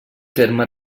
terme